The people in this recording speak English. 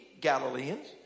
Galileans